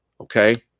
Okay